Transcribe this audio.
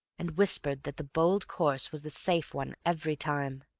and whispered that the bold course was the safe one every time.